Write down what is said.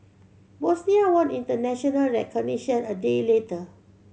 Bosnia won international recognition a day later